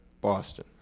Boston